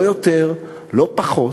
לא יותר, לא פחות,